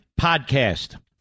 Podcast